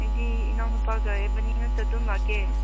ꯑꯩꯗꯤ ꯏꯅꯥꯎ ꯅꯨꯄꯥꯒ ꯏꯕꯥꯅꯤ ꯉꯥꯛꯇ ꯑꯗꯨꯝ ꯂꯥꯛꯀꯦ